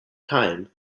time